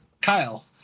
Kyle